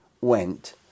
went